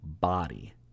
body